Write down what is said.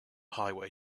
highway